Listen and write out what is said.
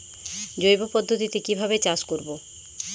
জৈব পদ্ধতিতে কিভাবে চাষ করব?